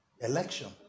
election